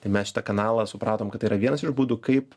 tai mes šitą kanalą supratom kad tai yra vienas iš būdų kaip